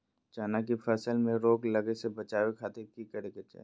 चना की फसल में रोग लगे से बचावे खातिर की करे के चाही?